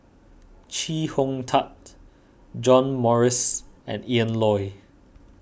Chee Hong Tat John Morrice and Ian Loy